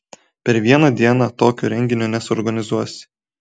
per vieną dieną tokio renginio nesuorganizuosi